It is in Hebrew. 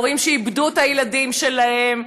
הורים שאיבדו את הילדים שלהם,